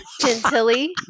Gentilly